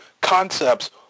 concepts